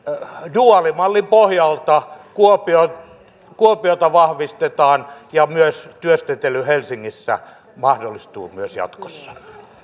duaalimallin pohjalta kuopiota vahvistetaan ja myös työskentely helsingissä mahdollistuu myös jatkossa